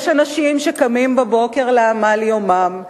יש אנשים שקמים בבוקר לעמל יומם,